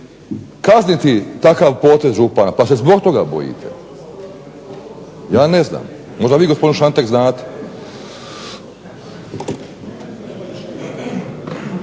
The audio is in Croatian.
kazniti takav potez župana, pa se zbog toga bojite. Ja ne znam. Možda vi gospodine Šantek znate?